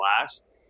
blast